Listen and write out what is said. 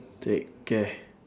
take care